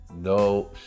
no